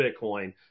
Bitcoin